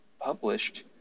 published